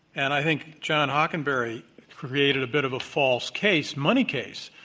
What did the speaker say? and i think john hockenberry created a bit of a false case, money case.